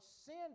sin